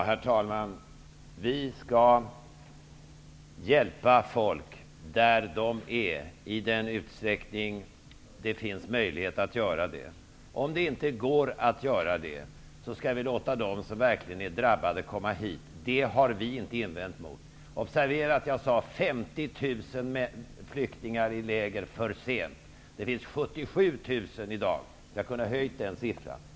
Herr talman! Vi skall hjälpa folk där de är i den utsträckning det finns möjlighet att göra det. Om det inte går att göra det, skall vi låta dem som verkligen är drabbade komma hit. Det har vi inte några invändningar mot. Observera att jag sade: 50 000 flyktingar i läger för sent. Det finns 77 000 i dag. Jag skulle ha kunnat rätta mig.